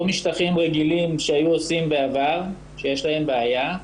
לא משטחים רגילים, שהיו עושים בעבר, שיש להם בעיה,